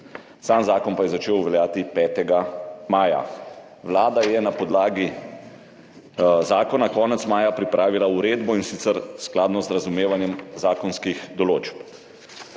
sam zakon pa je začel veljati 5. maja. Vlada je na podlagi zakona konec maja pripravila uredbo, in sicer skladno z razumevanjem zakonskih določb.